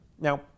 Now